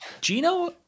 Gino